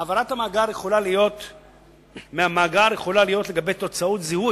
העברה מהמאגר יכולה להיות לגבי תוצאות זיהוי,